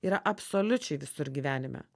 yra absoliučiai visur gyvenime